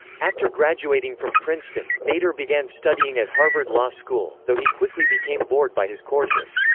after graduating from princeton, nader began studying at harvard law school, though he quickly became bored by his courses.